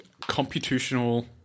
computational